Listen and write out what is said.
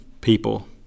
people